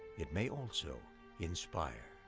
it may also inspire.